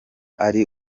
ari